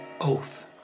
oath